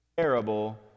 Terrible